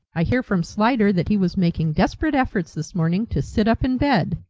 i hear from slyder that he was making desperate efforts this morning to sit up in bed.